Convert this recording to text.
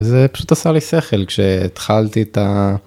זה פשוט עשה לי שכל כשהתחלתי את.